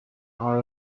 are